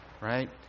right